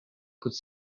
could